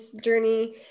journey